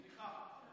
סליחה.